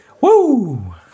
Woo